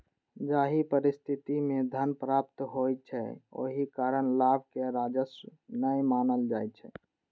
जाहि परिस्थिति मे धन प्राप्त होइ छै, ओहि कारण लाभ कें राजस्व नै मानल जाइ छै